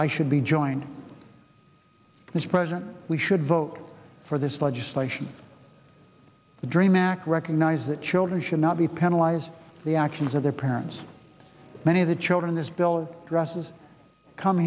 i should be joined by this president we should vote for this legislation the dream act recognize that children should not be penalize the actions of their parents many of the children this bill dresses come